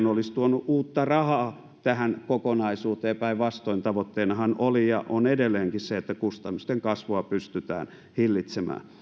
olisi tuonut uutta rahaa tähän kokonaisuuteen päinvastoin tavoitteenahan oli ja on edelleenkin se että kustannusten kasvua pystytään hillitsemään